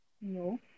no